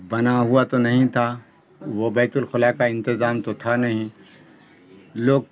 بنا ہوا تو نہیں تھا وہ بیت الخلا کا انتظام تو تھا نہیں لوگ